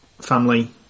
family